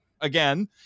again